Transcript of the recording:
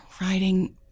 writing